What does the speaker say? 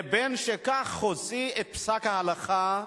לבין כך שהוא הוציא את פסק ההלכה,